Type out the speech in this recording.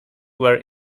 were